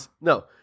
No